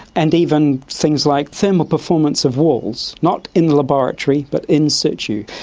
and even things like thermal performance of walls, not in the laboratory but in situ.